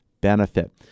benefit